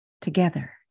together